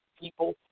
people